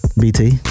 BT